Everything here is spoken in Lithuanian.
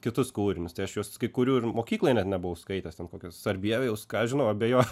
kitus kūrinius tai aš juos kuriu ir mokykloj net nebuvau skaitęs ten kokios sarbievijaus ką žinau abejo